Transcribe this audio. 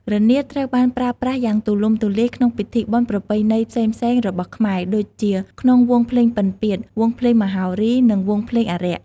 រនាតត្រូវបានប្រើប្រាស់យ៉ាងទូលំទូលាយក្នុងពិធីបុណ្យប្រពៃណីផ្សេងៗរបស់ខ្មែរដូចជាក្នុងវង់ភ្លេងពិណពាទ្យ វង់ភ្លេងមហោរី និងវង់ភ្លេងអារក្ស។